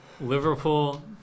Liverpool